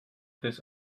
this